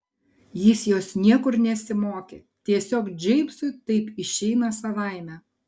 jis jos niekur nesimokė tiesiog džeimsui taip išeina savaime